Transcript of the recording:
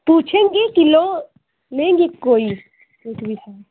पूछेंगी कि लो लेंगी कोई